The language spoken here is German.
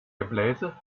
gebläse